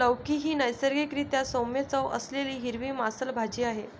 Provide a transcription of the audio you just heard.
लौकी ही नैसर्गिक रीत्या सौम्य चव असलेली हिरवी मांसल भाजी आहे